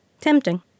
Tempting